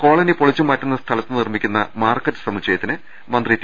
colony പൊളിച്ചുമാ റ്റുന്ന സ്ഥലത്ത് നിർമ്മിക്കുന്ന മാർക്കറ്റ് സമുച്ചയത്തിന് മന്ത്രി ടി